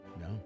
No